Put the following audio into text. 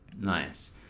Nice